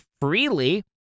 freely